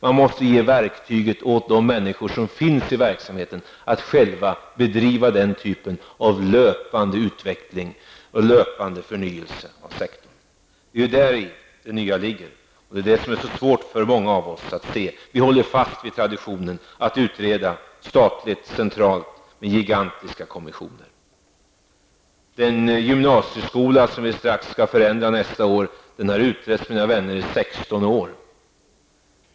Man måste tillhandahålla verktyget åt de människor som finns inom verksamheten att själva bedriva den typen av löpande utveckling och förnyelse av sektorn. Däri ligger det nya, och det är det som är så svårt för många av oss att se. Vi håller fast vid traditionen om att utreda, statligt eller centralt, med gigantiska kommissioner. Den gymnasieskola som vi skall förändra nästa år har utretts, mina vänner, i 16 år!